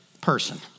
person